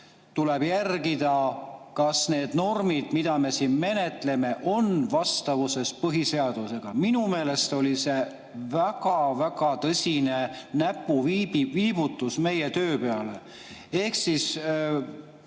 tuleb jälgida, kas need normid, mida me siin menetleme, on vastavuses põhiseadusega. Minu meelest oli see väga-väga tõsine näpuviibutus meie töö peale. Ma ei